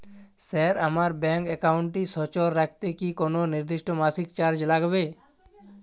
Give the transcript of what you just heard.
Sir আমার bank একাউন্টটি সচল রাখতে কি কোনো নির্দিষ্ট মাসিক চার্জ লাগবে?